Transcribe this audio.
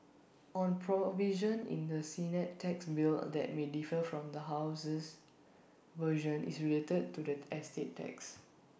one provision in the Senate tax bill that may differ from the House's version is related to the estate tax